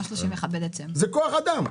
זה כוח אדם.